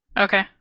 Okay